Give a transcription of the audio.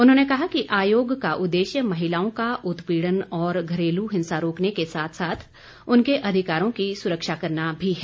उन्होंने कहा कि आयोग का उद्देश्य महिलाओं का उत्पीड़न और घरेलु हिंसा रोकने के साथ साथ उनके अधिकारों की सुरक्षा करना भी है